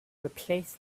replace